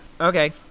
Okay